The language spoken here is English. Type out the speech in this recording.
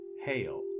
Hail